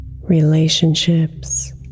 relationships